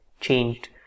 changed